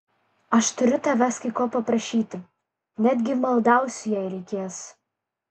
aš turiu tavęs kai ko paprašyti netgi maldausiu jei reikės